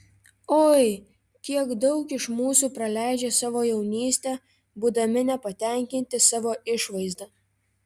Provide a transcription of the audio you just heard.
oi kiek daug iš mūsų praleidžia savo jaunystę būdami nepatenkinti savo išvaizda